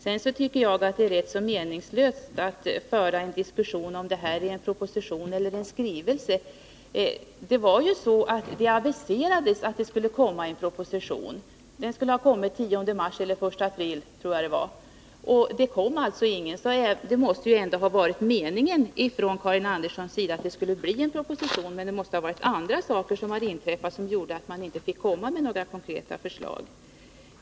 Sedan tycker jag att det är rätt meningslöst att föra en diskussion i frågan om proposition eller skrivelse. Det aviserades att det skulle komma en proposition. Den skulle ha kommit den 10 mars eller den 1 april, tror jag det var, men det kom ingen. Det måste ändå ha varit Karin Anderssons mening att det skulle bli en proposition, men det måtte ha varit andra saker som gjort att man inte fick komma med några konkreta förslag.